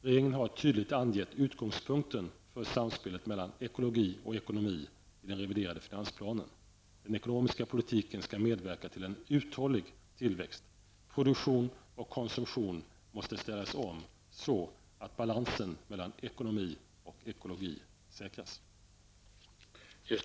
Regeringen har tydligt angett utgångspunkten för samspelet mellan ekologi och ekonomi i den reviderade finansplanen: Den ekonomiska politiken skall medverka till en uthållig tillväxt -- produktion och konsumtion måste ställas om, så att balansen mellan ekonomi och ekologi säkras.